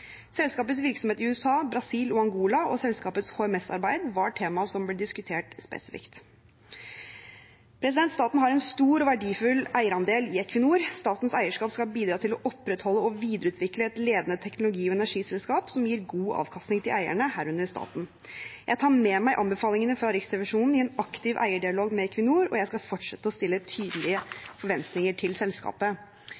Selskapets virksomhet i USA, Brasil og Angola og selskapets HMS-arbeid var temaer som ble diskutert spesifikt. Staten har en stor og verdifull eierandel i Equinor. Statens eierskap skal bidra til å opprettholde og videreutvikle et ledende teknologi- og energiselskap som gir god avkastning til eierne, herunder staten. Jeg tar med meg anbefalingene fra Riksrevisjonen i en aktiv eierdialog med Equinor, og jeg skal fortsette å stille tydelige